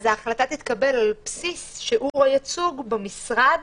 ההחלטה תתקבל על בסיס שיעור הייצוג במשרד